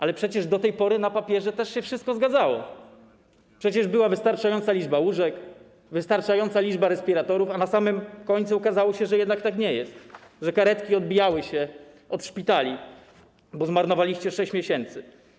Ale przecież do tej pory na papierze też się wszystko zgadzało, przecież była wystarczająca liczba łóżek, wystarczająca liczba respiratorów, a na samym końcu okazało się, że jednak tak nie jest, że karetki odbijały się od szpitali, bo zmarnowaliście 6 miesięcy.